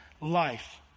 life